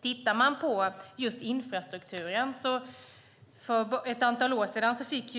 Tittar man på infrastrukturen ser man att Gävleborgs län för ett antal år sedan fick